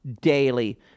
daily